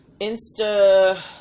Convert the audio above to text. Insta